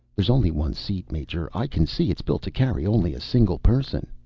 there's only one seat, major. i can see it's built to carry only a single person.